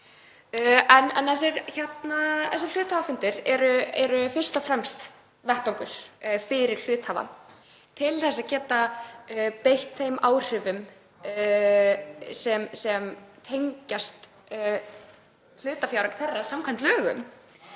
fundi. Hluthafafundir eru fyrst og fremst vettvangur fyrir hluthafa til að geta beitt þeim áhrifum sem tengjast hlutafjáreign þeirra samkvæmt lögum